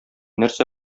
нәрсә